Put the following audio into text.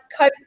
COVID